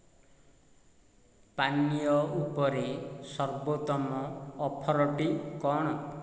ପାନୀୟ ଉପରେ ସର୍ବୋତ୍ତମ ଅଫର୍ଟି କ'ଣ